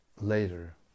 later